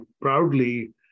proudly